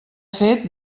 fet